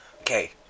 Okay